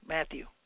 Matthew